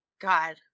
God